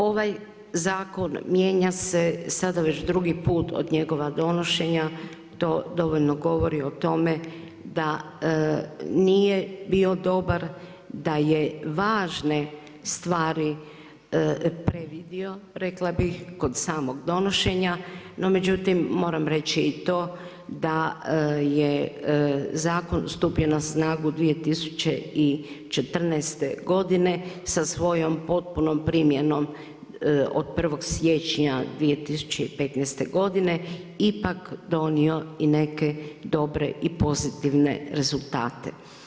Ovaj zakon mijenja se sada već drugi put od njegova donošenja to dovoljno govori o tome da nije bio dobar, da je važne stvari previdio, rekla bi, kod samo donošenja, no međutim moram reći i to, da je zakon stupio na snagu 2014. godine sa svojom potpunom primjenom od 1. siječnja 2015. godine, ipak donio i nek dobre i pozitivne rezultate.